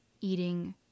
eating